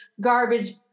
garbage